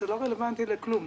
זה לא רלוונטי לכלום.